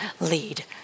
lead